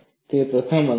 તે પ્રથમ અંદાજ છે